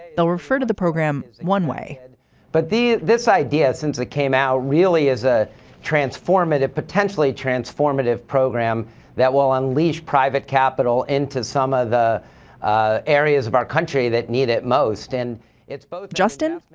they'll refer to the program one way but this idea, since it came out really as a transformative, potentially transformative program that will unleash private capital into some of the ah areas of our country that need it most. and it's both justin,